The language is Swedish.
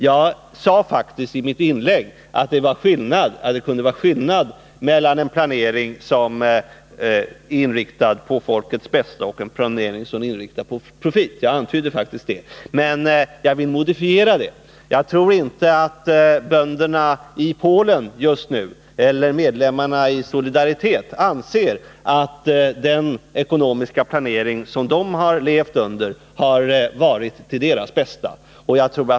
Jag antydde faktiskt i mitt tidigare inlägg att det kunde vara skillnad mellan en planering som är inriktad på folkets bästa och en planering som är inriktad på profit, men jag vill modifiera det påståendet. Jag tror att varken bönderna i Polen eller medlemmarna i Solidaritet just nu anser att den ekonomiska planering som de har levat under har varit till deras bästa.